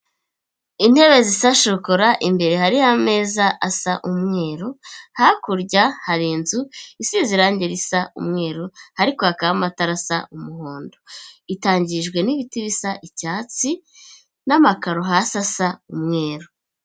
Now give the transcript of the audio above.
Intebe zisa shokora, imbere hariho ameza asa umweru, hakurya hari inzu isize irange risa umweru ariko hakabamo amatara asa umuhondo, itangijwe n'ibiti bisa icyatsi n'amakaro hasi asa umweru.